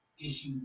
issues